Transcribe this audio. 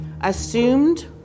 assumed